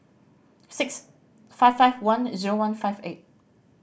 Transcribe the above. six five five one zero one five eight